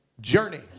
journey